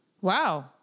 Wow